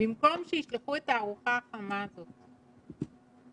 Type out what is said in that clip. במקום שישלחו את הארוחה החמה הזאת לבית,